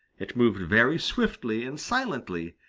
it moved very swiftly and silently,